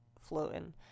floating